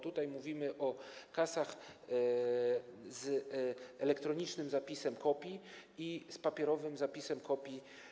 Tutaj mówimy o kasach z elektronicznym zapisem kopii i z papierowym zapisem kopii.